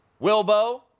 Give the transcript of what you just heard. Wilbo